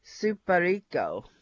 Superico